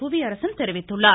புவியரசன் தெரிவித்துள்ளார்